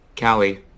Callie